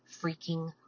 freaking